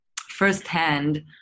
firsthand